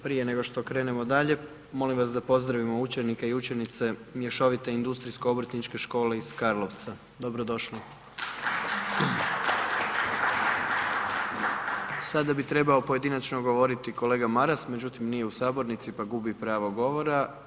Prije nego što krenemo dalje, molim vas da pozdravimo učenike i učenice Mješovito industrijsko-obrtničke škole iz Karlovca, dobro došli. Sada bi trebao pojedinačno govoriti kolega Maras međutim nije u sabornici pa gubi pravo govora.